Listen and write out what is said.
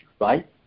right